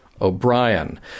o'brien